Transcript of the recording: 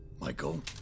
Michael